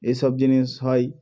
এসব জিনিস হয়